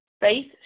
Faith